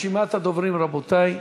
רשימת הדוברים, רבותי: